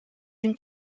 une